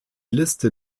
liste